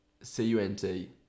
c-u-n-t